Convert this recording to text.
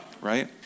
right